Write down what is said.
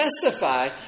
testify